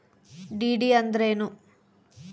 DD ಅಂದ್ರೇನು?